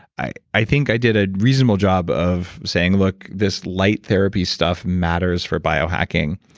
i i think i did a reasonable job of saying, look, this light therapy stuff matters for biohacking.